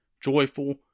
Joyful